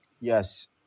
Yes